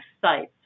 sites